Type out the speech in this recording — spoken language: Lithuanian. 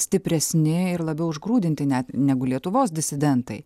stipresni ir labiau užgrūdinti net negu lietuvos disidentai